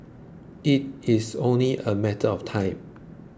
it is only a matter of time